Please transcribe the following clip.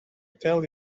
tell